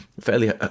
fairly